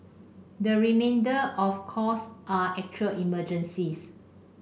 the remainder of calls are actual emergencies